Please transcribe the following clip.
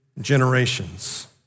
generations